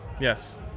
Yes